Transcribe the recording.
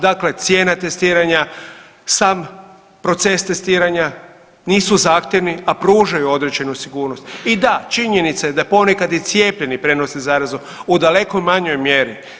Dakle, cijena testiranja, sam proces testiranja nisu zahtjevni, a pružaju određenu sigurnost i da činjenica je da ponekad i cijepljeni prenose zarazu u daleko manjoj mjeri.